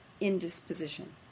indisposition